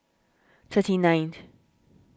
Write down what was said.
thirty ninth